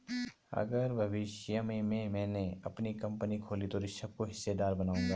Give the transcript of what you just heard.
अगर भविष्य में मैने अपनी कंपनी खोली तो ऋषभ को हिस्सेदार बनाऊंगा